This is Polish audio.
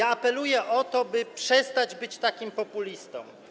Apeluję o to, by przestać być takim populistą.